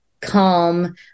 calm